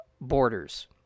borders